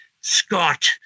Scott